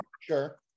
Sure